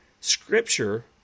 scripture